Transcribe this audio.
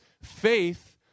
Faith